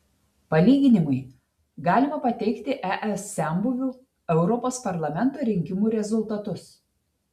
palyginimui galima pateikti es senbuvių europos parlamento rinkimų rezultatus